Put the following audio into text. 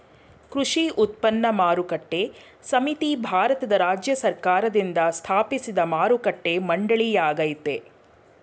ಕೃಷಿ ಉತ್ಪನ್ನ ಮಾರುಕಟ್ಟೆ ಸಮಿತಿ ಭಾರತದ ರಾಜ್ಯ ಸರ್ಕಾರ್ದಿಂದ ಸ್ಥಾಪಿಸಿದ್ ಮಾರುಕಟ್ಟೆ ಮಂಡಳಿಯಾಗಯ್ತೆ